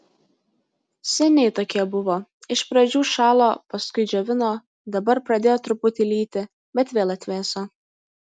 seniai tokie buvo iš pradžių šalo paskui džiovino dabar pradėjo truputį lyti bet vėl atvėso